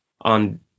on